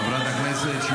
חברת הכנסת שטרית.